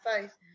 faith